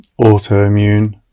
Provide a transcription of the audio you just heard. autoimmune